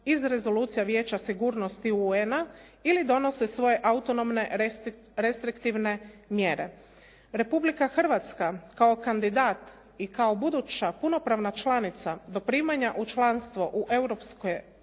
iz rezolucija Vijeća sigurnosti UN-a ili donose svoje autonomne restriktivne mjere. Republika Hrvatska kao kandidat i kao buduća punopravna članica do primanja u članstvo u